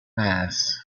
mass